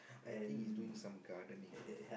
I think he's doing some gardening I think